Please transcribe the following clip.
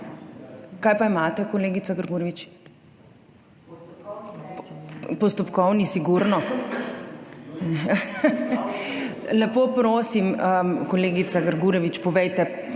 Kaj pa imate, kolegica Grgurevič? Postopkovno? Sigurno? Lepo prosim, kolegica Grgurevič, hitro